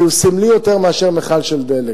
כי הוא סמלי יותר מאשר מכל של דלק.